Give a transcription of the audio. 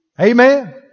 Amen